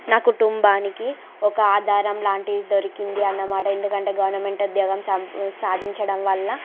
నా కుటుంబానికి ఒక ఆధారం లాంటిది దొరికింది అన్నమాట ఎందుకంటే గవర్నమెంట్ ఉద్యోగం సాధించడం వల్ల